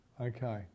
Okay